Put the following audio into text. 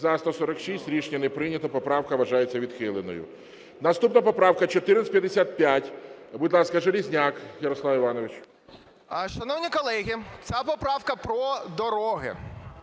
За-146 Рішення не прийнято. Поправка вважається відхиленою. Наступна поправка 1455. Будь ласка, Железняк Ярослав Іванович. 11:26:58 ЖЕЛЕЗНЯК Я.І. Шановні колеги, ця поправка про дороги.